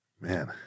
Man